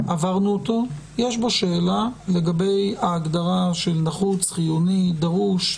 ויש בו שאלה לגבי ההגדרה של נחוץ, חיוני או דרוש.